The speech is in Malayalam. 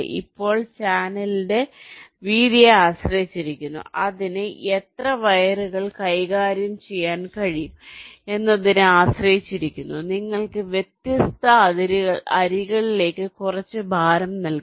ഇപ്പോൾ ചാനലിന്റെ വീതിയെ ആശ്രയിച്ചിരിക്കുന്നു അതിന് എത്ര വയറുകൾ കൈകാര്യം ചെയ്യാൻ കഴിയും എന്നതിനെ ആശ്രയിച്ചിരിക്കുന്നു നിങ്ങൾക്ക് വ്യത്യസ്ത അരികുകളിലേക്ക് കുറച്ച് ഭാരം നൽകാം